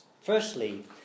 Firstly